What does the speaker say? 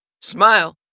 Smile